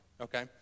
Okay